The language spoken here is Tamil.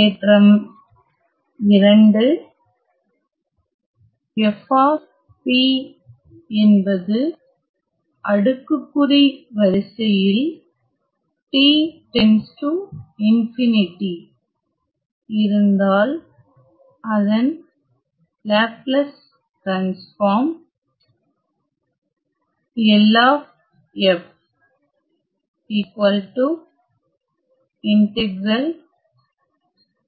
தேற்றம் f என்பது அடுக்குக்குறி வரிசையில் இருந்தால் அதன்லேப்லஸ் டிரான்ஸ்பார்ம்